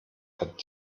hat